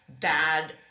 bad